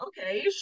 okay